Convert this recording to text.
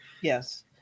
Yes